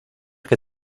que